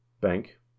Bank